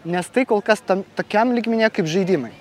nes tai kol kas tam tokiam lygmenyje kaip žaidimai